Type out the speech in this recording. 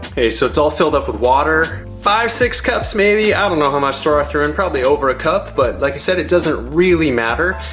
hey, so it's all filled up with water. five, six cups, maybe. i don't know how much sorrel i threw in, probably over a cup, but like i said, it doesn't really matter.